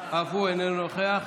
אף הוא אינו נוכח.